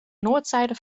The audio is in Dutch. noordzijde